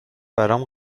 برام